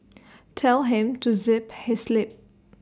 tell him to zip his lip